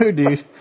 dude